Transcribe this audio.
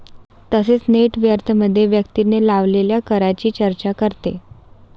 तसेच नेट वर्थमध्ये व्यक्तीने लावलेल्या करांची चर्चा करते